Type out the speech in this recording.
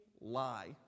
lie